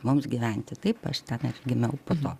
mums gyventi taip aš ten gimiau po to